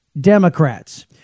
Democrats